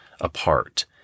apart